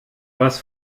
was